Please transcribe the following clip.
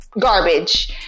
garbage